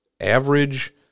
average